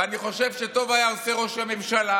ואני חושב שטוב היה עושה ראש הממשלה